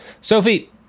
Sophie